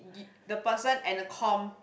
you the person and the com